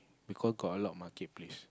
because got a lot of market place